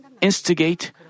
instigate